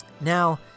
Now